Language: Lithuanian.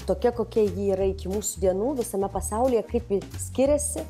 tokia kokia ji yra iki mūsų dienų visame pasaulyje kaip ji skiriasi